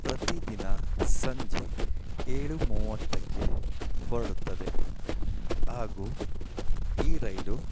ಪ್ರತಿ ದಿನ ಸಂಜೆ ಏಳು ಮೂವತ್ತಕ್ಕೆ ಹೊರಡುತ್ತದೆ ಹಾಗೂ ಈ ರೈಲು